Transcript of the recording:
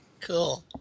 Cool